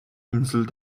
insel